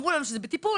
אמרו לנו שזה בטיפול.